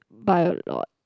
buy a lot